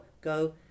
go